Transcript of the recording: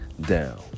down